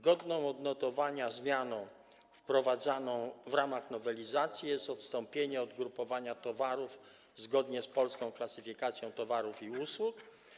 Godną odnotowania zmianą wprowadzaną w ramach nowelizacji jest odstąpienie od grupowania towarów zgodnie z polską klasyfikacją towarów i usług.